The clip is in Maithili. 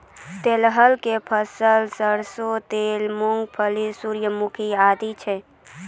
तिलहन केरो फसल सरसों तेल, मूंगफली, सूर्यमुखी आदि छै